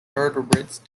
tadpoles